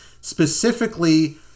specifically